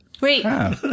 Wait